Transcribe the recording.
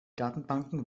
datenbanken